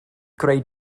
greu